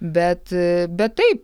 bet bet taip